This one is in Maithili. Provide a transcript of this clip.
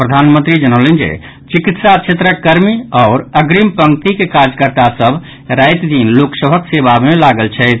प्रधानमंत्री जनौलनि जे चिकित्सा क्षेत्रक कर्मी आओर अग्रिम पंक्तिक कार्यकर्ता सभ राति दिन लोकसभक सेवा मे लागल छथि